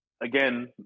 again